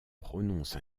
prononce